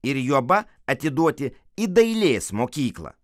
ir juoba atiduoti į dailės mokyklą